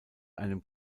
einem